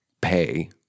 pay